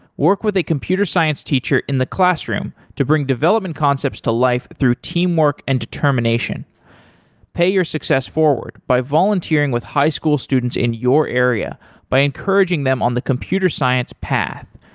work with a computer science teacher in the classroom to bring development concepts to life through teamwork and determination pay your success forward by volunteering with high school students in your area by encouraging them on the computer science path.